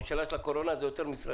בממשלה של הקורונה, אלה הרבה יותר משרדים.